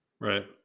Right